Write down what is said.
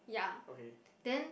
yeah then